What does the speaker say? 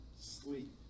sleep